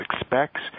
expects